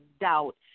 doubt